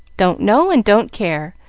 don't know, and don't care!